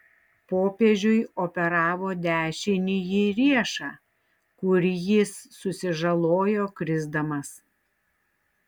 popiežiui operavo dešinįjį riešą kurį jis susižalojo krisdamas